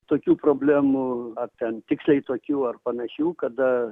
tokių problemų ar ten tiksliai tokių ar panašių kada